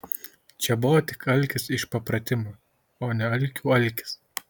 čia buvo tik alkis iš papratimo o ne alkių alkis